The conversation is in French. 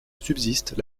subsiste